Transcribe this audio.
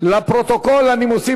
לפרוטוקול בלבד.